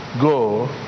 go